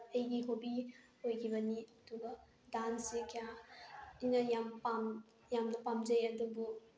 ꯑꯩꯒꯤ ꯍꯣꯕꯤ ꯑꯣꯏꯈꯤꯕꯅꯤ ꯑꯗꯨꯒ ꯗꯥꯟꯁꯁꯤ ꯀꯌꯥ ꯑꯩꯅ ꯌꯥꯝꯅ ꯄꯥꯝꯖꯩ ꯑꯗꯨꯕꯨ